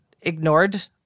ignored